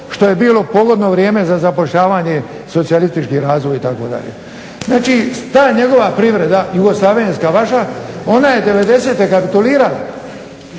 što je bilo pogodno vrijeme za zapošljavanje, socijalistički razvoj itd.. Znači ta njegova privreda, Jugoslavenska vaša, ona je 90.-te kapitulirala.